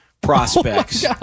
prospects